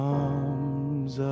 arms